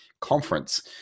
conference